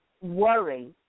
Worry